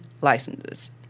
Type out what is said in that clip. licenses